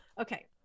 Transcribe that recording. okay